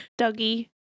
dougie